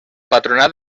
patronat